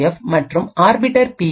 F மற்றும் orbiter B